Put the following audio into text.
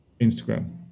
instagram